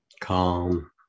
calm